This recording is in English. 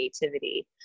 creativity